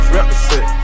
Represent